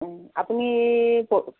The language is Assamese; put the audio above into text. আপুনি